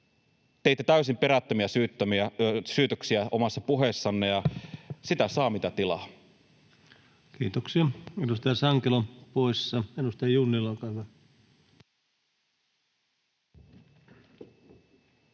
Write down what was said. teitte täysin perättömiä syytöksiä omassa puheessanne, ja sitä saa mitä tilaa. Kiitoksia. — Edustaja Sankelo poissa. — Edustaja Junnila, olkaa hyvä.